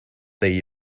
they